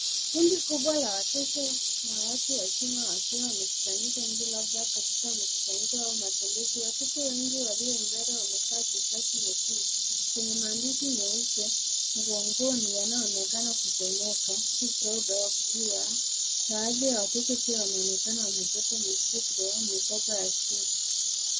Kundi kubwa la watoto na watu wazima wakiwa wamekusanyika nje labda katika mkusanyiko au matembezi. Watoto wengi walio mbele wamevaa tishati nyekundu zenye maandishi meupe mgongoni yanayoonekana kusomeka huku proud of you're . Baadhi ya watoto pia wanaonekana wamebeba mifuko mikoba ya shule.